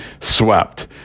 swept